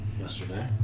yesterday